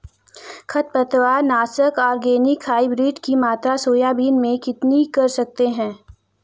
खरपतवार नाशक organic hybrid की मात्रा सोयाबीन में कितनी कर सकते हैं?